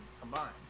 combined